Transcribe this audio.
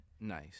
Nice